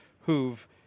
who've